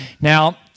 Now